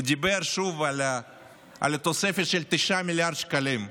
הוא דיבר שוב על התוספת של 9 מיליארד שקלים,